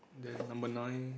and number nine